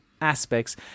aspects